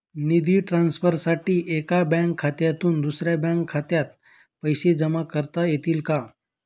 निधी ट्रान्सफरसाठी एका बँक खात्यातून दुसऱ्या बँक खात्यात पैसे जमा करता येतील का?